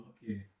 Okay